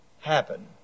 happen